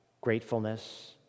gratefulness